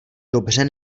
dobře